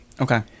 Okay